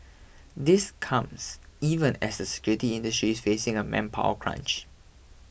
this comes even as the security industry is facing a manpower crunch